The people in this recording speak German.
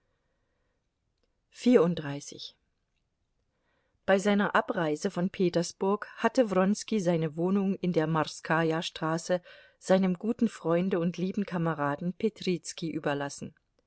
bei seiner abreise von petersburg hatte wronski seine wohnung in der morskaja straße seinem guten freunde und lieben kameraden petrizki überlassen